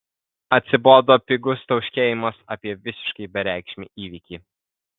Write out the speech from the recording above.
atsibodo pigus tauškėjimas apie visiškai bereikšmį įvykį